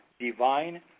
divine